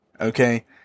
Okay